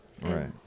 Right